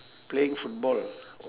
playing football